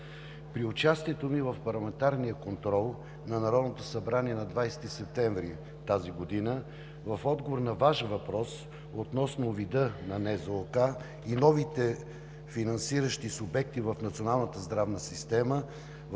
при участието ми в парламентарния контрол на Народното събрание на 20 септември тази година в отговор на Ваш въпрос относно вина на НЗОК и новите финансиращи субекти в националната здравна система